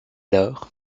lors